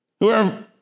Whoever